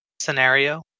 scenario